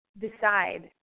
decide